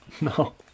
No